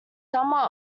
somewhat